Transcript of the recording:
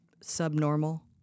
subnormal